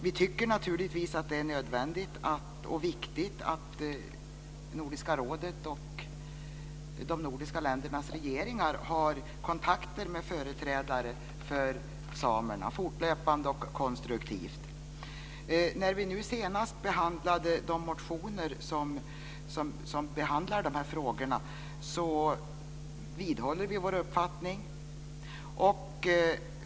Vi tycker naturligtvis att det är nödvändigt och viktigt att Nordiska rådet och de nordiska ländernas regeringar fortlöpande och konstruktivt har kontakter med företrädare för samerna. När vi nu senast behandlade motioner om dessa frågor vidhöll vi vår uppfattning.